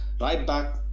right-back